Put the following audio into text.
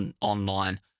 online